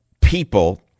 people